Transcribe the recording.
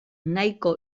nahiko